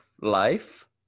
life